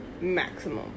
Maximum